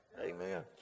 Amen